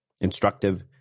instructive